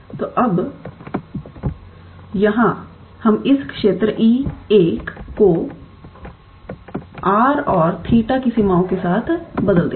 तो अब यहाँ हम इस क्षेत्र E1 को r और 𝜃 की सीमाओं के साथ बदल देंगे